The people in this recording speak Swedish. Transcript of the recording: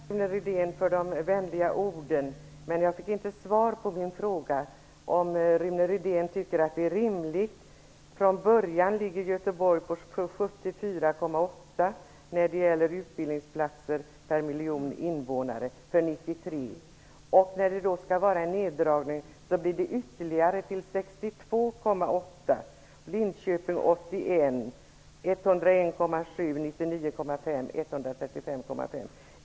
Herr talman! Tack, Rune Rydén, för de vänliga orden! Jag fick emellertid inte svar på min fråga om Rune Rydén tycker att det är rimligt att Göteborg, som från början hade 74,8 utbildningsplatser per miljon invånare, efter neddragningen kommer att ha 62,8 platser. Linköping har då 81.